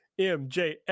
MJF